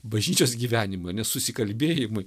bažnyčios gyvenimą nesusikalbėjimui